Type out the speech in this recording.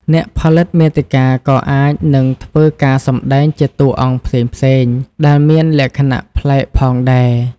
អ្នកផលិតមាតិកាក៏អាចនឹងធ្វើការសម្តែងជាតួអង្គផ្សេងៗ ដែលមានលក្ខណៈប្លែកផងដែរ។